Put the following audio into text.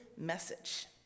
message